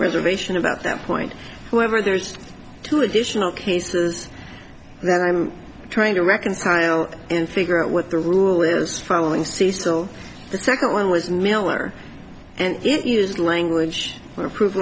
reservation about that point whenever there's two additional cases that i'm trying to reconcile and figure out what the rule is following cecil the second one was miller and it uses language and approve